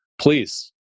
please